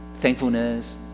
Thankfulness